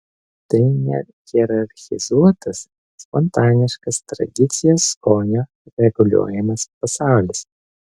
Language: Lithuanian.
tai nehierarchizuotas spontaniškas tradicijos skonio reguliuojamas pasaulis